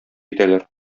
итәләр